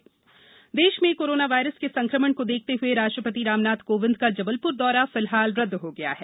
दौरा रदद देश में कोरोना वायरस के संकमण को देखते हुए राष्ट्रपति रामनाथ कोविंद का जबलपुर दौरा फिलहाल रद्द हो गया है